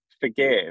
forgive